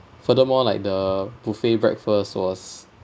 furthermore like the buffet breakfast was